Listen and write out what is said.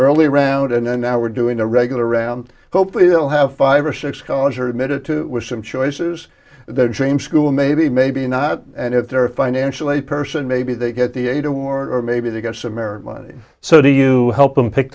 early round and then now we're doing a regular round hopefully they'll have five or six college or admitted to some choices their dream school maybe maybe not and if they're a financial a person maybe they get the aid award or maybe they get some merit money so do you help them pick